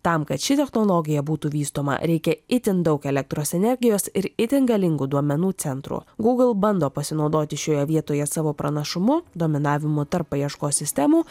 tam kad ši technologija būtų vystoma reikia itin daug elektros energijos ir itin galingų duomenų centrų google bando pasinaudoti šioje vietoje savo pranašumu dominavimu tarp paieškos sistemų